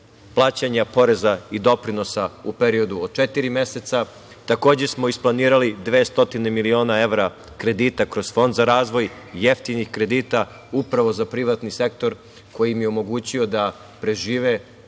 plaćanja poreza i doprinosa u periodu od četiri meseca. Takođe smo isplanirali 200 miliona evra kredita kroz Fond za razvoj, jeftinih kredita upravo za privatni sektor koji im je omogućio da prežive